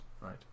Right